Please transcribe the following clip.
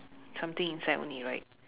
something inside only right